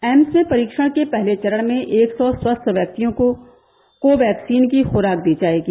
AIIMS में परीक्षण के पहले चरण में एक सौ स्वस्थ व्यक्तियों को कोवैक्सीन की खुराक दी जायेगी